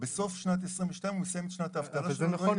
בסוף שנת 2022 הוא מסיים את שנת האבטלה שלו ואת התשלום מבחינת אבטלה.